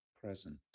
present